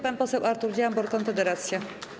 Pan poseł Artur Dziambor, Konfederacja.